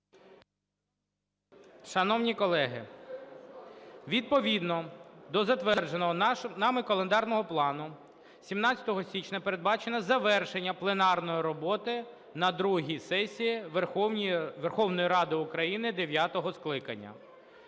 Шановні колеги, відповідно до затвердженого нами календарного плану 17 січня передбачено завершення пленарної роботи на другій сесії Верховної Ради України дев'ятого скликання.